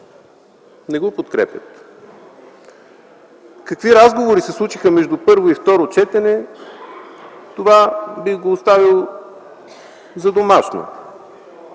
не го подкрепят. Какви разговори се случиха между първо и второ четене? Това бих оставил за домашно.